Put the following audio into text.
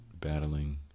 battling